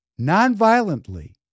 nonviolently